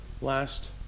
last